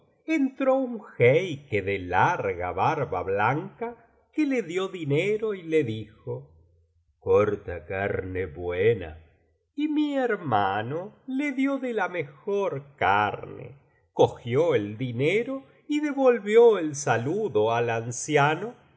entró un jeique de larga barba blanca que le dio dinero y le dijo corta carne buena y mi hermano le dio de la mejor carne cogió el dinero y devolvió el saludo al anciano